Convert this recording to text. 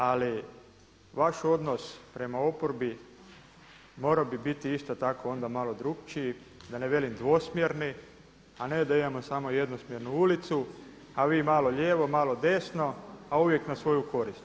Ali vaš odnos prema oporbi morao bi biti isto tako biti drukčiji, da ne velim dvosmjerni a ne da imamo samo jednosmjernu ulicu, a vi malo lijevo, malo desno, a uvijek na svoju korist.